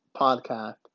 podcast